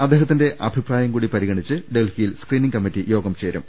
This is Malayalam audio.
അദ്ദേഹത്തിന്റെ അഭിപ്രായം കൂടി പരിഗണിച്ച് ഡൽഹി യിൽ സ്ക്രീനിങ് കമ്മിറ്റി യോഗം ചേരും